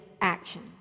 action